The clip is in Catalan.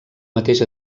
mateix